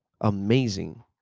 amazing